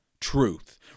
truth